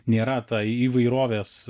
nėra ta įvairovės